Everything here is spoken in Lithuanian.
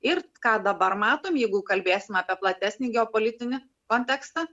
ir ką dabar matom jeigu kalbėsime apie platesnį geopolitinį kontekstą